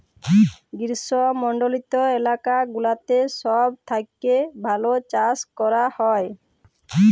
গ্রীস্মমন্ডলিত এলাকা গুলাতে সব থেক্যে ভাল চাস ক্যরা হ্যয়